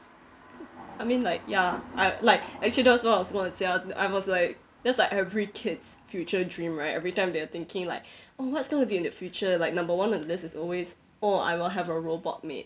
I mean like ya I like actually that was what I was gonna say I I was like that's like every kid's future dream right every time they're thinking like oh what's going to be in the future like number one on the list is always oh I will have a robot maid